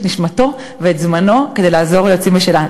נשמתו ואת זמנו כדי לעזור ליוצאים בשאלה.